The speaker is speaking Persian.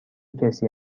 کسی